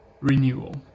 renewal